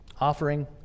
offering